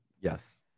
Yes